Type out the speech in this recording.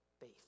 faith